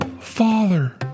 father